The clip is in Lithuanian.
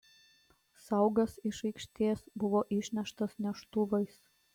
saugas iš aikštės buvo išneštas neštuvais